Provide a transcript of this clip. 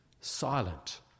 silent